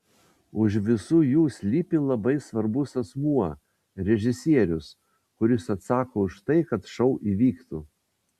už visų jų slypi labai svarbus asmuo režisierius kuris atsako už tai kad šou įvyktų